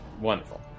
Wonderful